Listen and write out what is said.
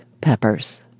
peppers